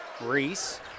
Reese